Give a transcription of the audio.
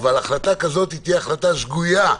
אבל החלטה כזאת תהיה החלטה שגויה,